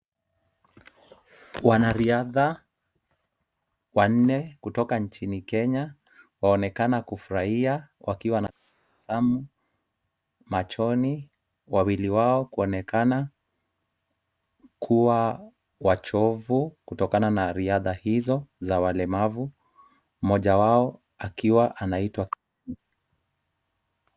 Wanariadha wanne kutoka nchini Kenya, waonekana kufurahia wakiwa na tabasamu machoni. Wawili wao kuonekana kuwa wachovu kutokana na riadha hizo za walemavu. Mmoja wao akiwa anaitwa.